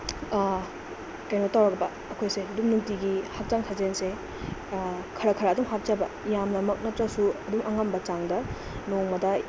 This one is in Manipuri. ꯀꯩꯅꯣ ꯇꯧꯔꯕ ꯑꯩꯈꯣꯏꯁꯦ ꯑꯗꯨꯝ ꯅꯨꯡꯇꯤꯒꯤ ꯍꯛꯆꯥꯡ ꯁꯥꯖꯦꯜꯁꯦ ꯈꯔ ꯈꯔ ꯑꯗꯨꯝ ꯍꯥꯞꯆꯕ ꯌꯥꯝꯅꯃꯛ ꯅꯠꯇ꯭ꯔꯁꯨ ꯑꯗꯨꯝ ꯑꯉꯝꯕ ꯆꯥꯡꯗ ꯅꯣꯡꯃꯗ